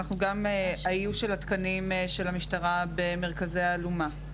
גם האיוש של התקנים של המשטרה במרכזי אלומה,